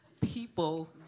people